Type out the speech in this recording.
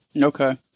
Okay